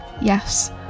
yes